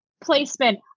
placement